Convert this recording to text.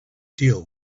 deal